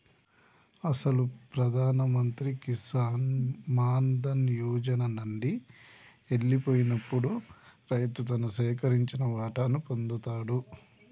అసలు ప్రధాన మంత్రి కిసాన్ మాన్ ధన్ యోజన నండి ఎల్లిపోయినప్పుడు రైతు తను సేకరించిన వాటాను పొందుతాడు